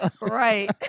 Right